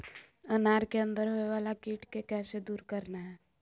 अनार के अंदर होवे वाला कीट के कैसे दूर करना है?